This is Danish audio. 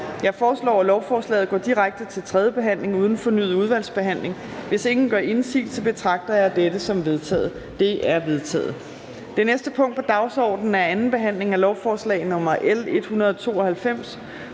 Jeg foreslår, at lovforslaget går direkte til tredjebehandling uden fornyet udvalgsbehandling. Hvis ingen gør indsigelse, betragter jeg dette som vedtaget. Det er vedtaget. --- Det næste punkt på dagsordenen er: 32) 2. behandling af lovforslag nr. L 160: